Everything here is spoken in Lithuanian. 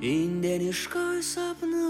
indėnišką sapną